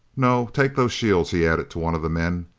no. take those shields, he added to one of the men.